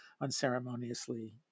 unceremoniously